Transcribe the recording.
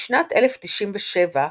בשנת 1097,